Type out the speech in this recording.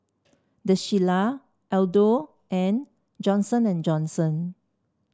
The Shilla Aldo and Johnson And Johnson